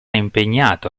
impegnato